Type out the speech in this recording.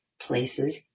places